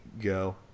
go